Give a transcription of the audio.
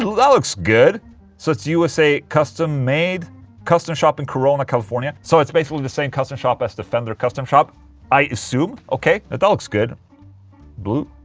that looks good so it's usa custom made custom shop in corona, california so it's basically the same custom shop as the fender custom shop i assume, ok that that looks good blue.